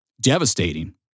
devastating